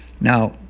Now